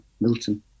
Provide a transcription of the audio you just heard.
Milton